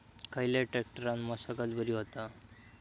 खयल्या ट्रॅक्टरान मशागत बरी होता?